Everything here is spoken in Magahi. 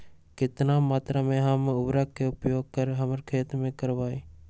कितना मात्रा में हम उर्वरक के उपयोग हमर खेत में करबई?